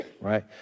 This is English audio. right